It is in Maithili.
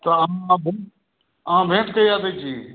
तऽ अहाँ भेंट कहिआ दै छी